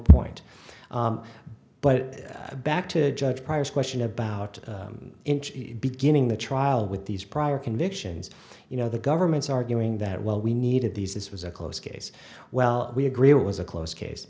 point but back to judge prior question about beginning the trial with these prior convictions you know the government's arguing that well we needed these this was a close case well we agree it was a close case